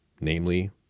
namely